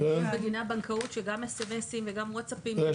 בדיני הבנקאות שגם S.M.S-ים וגם ווטסאפים,